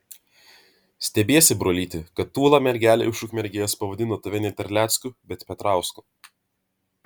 stebiesi brolyti kad tūla mergelė iš ukmergės pavadino tave ne terlecku bet petrausku